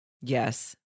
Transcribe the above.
Yes